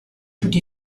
tutti